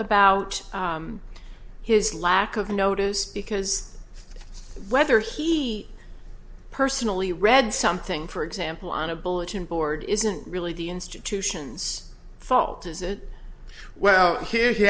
about his lack of notice because whether he personally read something for example on a bulletin board isn't really the institution's fault is it well here